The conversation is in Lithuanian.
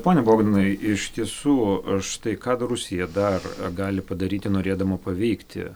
pone bogdanai iš tiesų štai ką dar rusija dar gali padaryti norėdama paveikti